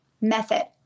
method